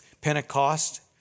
Pentecost